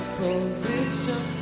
position